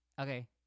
Okay